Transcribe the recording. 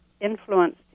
influenced